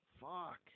Fuck